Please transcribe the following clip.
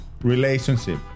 relationship